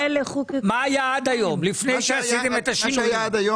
מה היה עד היום, לפני שעשיתם את השינוי?